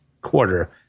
quarter